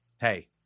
Hey